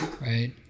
right